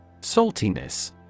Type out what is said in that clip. Saltiness